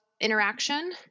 interaction